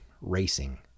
racing